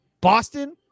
Boston